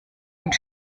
und